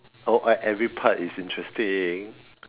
oh uh every part is interesting